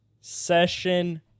Session